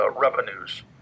revenues